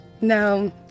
No